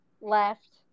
left